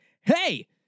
Hey